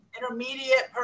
intermediate